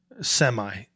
Semi